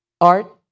art